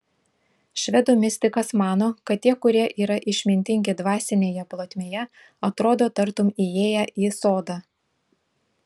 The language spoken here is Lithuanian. švedų mistikas mano kad tie kurie yra išmintingi dvasinėje plotmėje atrodo tartum įėję į sodą